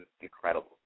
incredible